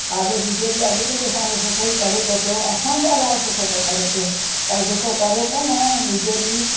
ॾाढो बीजेपी अॻिते बि असांजो सुठो ई करे थो पियो असांजे लाइ सुठो थो करे पियो पर जेको करे थो न बीजेपी